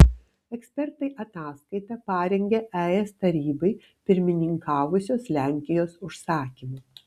ekspertai ataskaitą parengė es tarybai pirmininkavusios lenkijos užsakymu